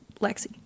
lexi